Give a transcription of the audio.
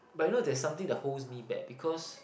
but you know that something that holds me back because